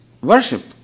worship